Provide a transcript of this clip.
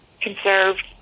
conserved